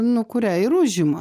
nu kurią ir užima